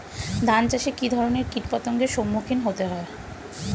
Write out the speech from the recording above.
ধান চাষে কী ধরনের কীট পতঙ্গের সম্মুখীন হতে হয়?